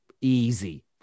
easy